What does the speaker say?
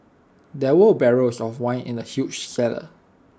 there were barrels of wine in the huge cellar